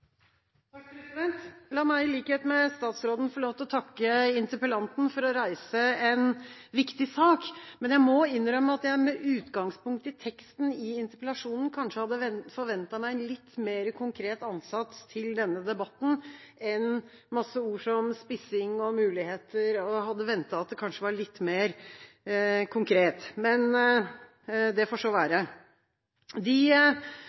La meg – i likhet med statsråden – få lov til å takke interpellanten for å reise en viktig sak, men jeg må innrømme at jeg med utgangspunkt i teksten i interpellasjonen kanskje hadde forventet en litt mer konkret ansats til denne debatten, heller enn masse ord som «spissing» og «muligheter». Jeg hadde ventet at det kanskje var litt mer konkret, men det får så være. De